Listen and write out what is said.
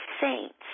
saints